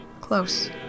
Close